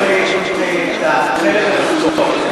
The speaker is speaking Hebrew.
חוץ מהחלק התחתון,